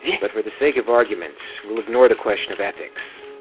but for the sake of argument, we'll ignore the question of ethics.